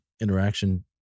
interaction